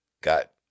got